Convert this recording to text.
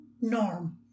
norm